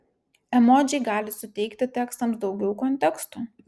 emodžiai gali suteikti tekstams daugiau konteksto